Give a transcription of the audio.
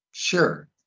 sure